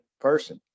person